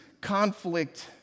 conflict